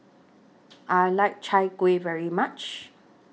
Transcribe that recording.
I like Chai Kueh very much